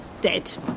dead